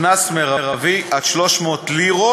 קנס מרבי עד 300 לירות,